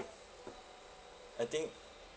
I think